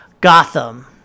Gotham